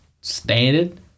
standard